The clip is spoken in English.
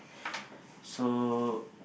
so